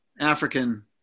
African